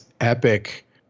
epic